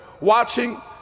watching